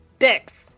Bix